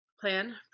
Plan